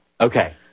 okay